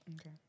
Okay